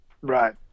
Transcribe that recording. right